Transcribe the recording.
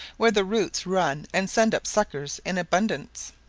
where the roots run and send up suckers in abundance.